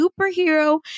superhero